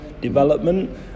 development